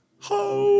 ho